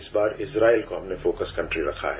इस बार इस्राइल को हमने फोकस कंट्री रखा है